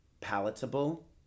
palatable